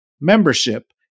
Membership